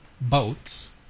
boats